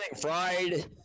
fried